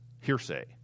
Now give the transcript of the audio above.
hearsay